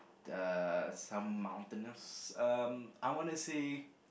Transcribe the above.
uh some mountainous um I wanna see